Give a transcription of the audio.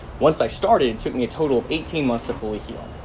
once i started it took me a total eighteen months to fully heal.